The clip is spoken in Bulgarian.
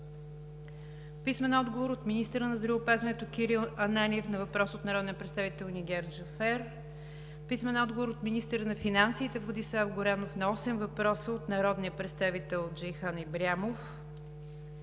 Петров; - министъра на здравеопазването Кирил Ананиев на въпрос от народния представител Нигяр Джафер; - министъра на финансите Владислав Горанов на осем въпроса от народния представител Джейхан Ибрямов;